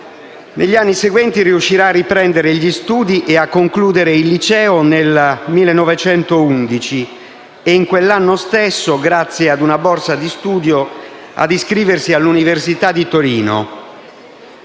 Negli anni seguenti, egli riuscirà a riprendere gli studi e a concludere il liceo nel 1911. In quello stesso anno, grazie a una borsa di studio, riesce a iscriversi all'università di Torino.